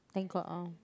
thank god orh